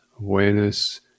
awareness